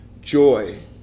joy